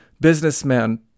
businessman